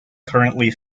currently